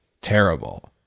terrible